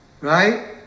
Right